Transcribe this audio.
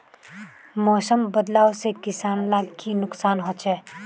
मौसम बदलाव से किसान लाक की नुकसान होचे?